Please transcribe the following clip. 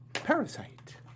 Parasite